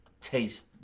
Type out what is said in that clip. taste